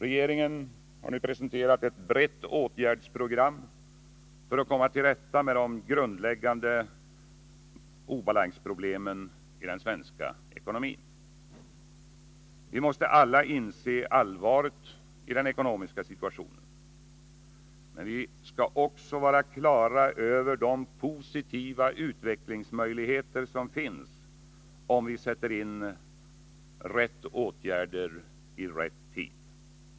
Regeringen har nu presenterat ett brett åtgärdsprogram för att komma till rätta med de grundläggande obalansproblemen i den svenska ekonomin. Vi måste alla inse allvaret i den ekonomiska situationen. Men vi skall också vara klara över de positiva utvecklingsmöjligheter som finns om vi sätter in rätta åtgärder i rätt tid.